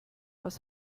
was